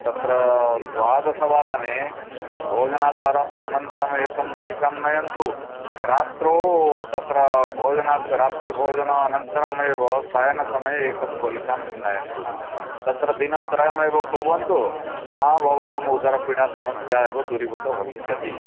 तत्र द्वादशवादने भोजनातर अनन्तरमेकं गुलिकां नयन्तु रात्रौ तत्र भोजनात् रात्रिभोजनानन्तरमेव शयनसमये एकं गुलिकां नयन्तु तत्र दिनत्रयमेव कुर्वन्तु आ भवताम् उदरपीडासमस्या एव दुरीभूता भविष्यति